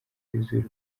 yuzuye